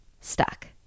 stuck